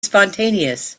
spontaneous